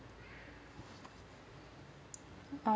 ah